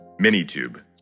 Minitube